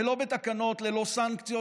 ולא בתקנות ללא סנקציות,